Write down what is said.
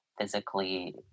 physically